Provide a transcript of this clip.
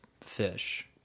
fish